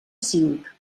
cinc